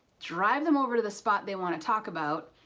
drive them over to the spot they want to talk about,